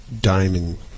diamond